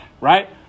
right